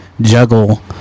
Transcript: juggle